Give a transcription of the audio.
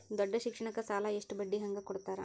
ದೊಡ್ಡ ಶಿಕ್ಷಣಕ್ಕ ಸಾಲ ಎಷ್ಟ ಬಡ್ಡಿ ಹಂಗ ಕೊಡ್ತಾರ?